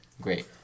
Great